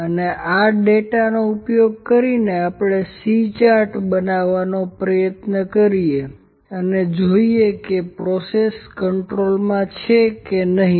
અને આ ડેટાનો ઉપયોગ કરીને આપણે C ચાર્ટ બનાવવાનો પ્રયત્ન કરીએ અને તે જોઇએ કે પ્રક્રિયાઓ કન્ટ્રોલમાં છે કે નહીં